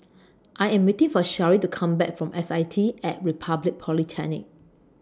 I Am waiting For Shari to Come Back from S I T At Republic Polytechnic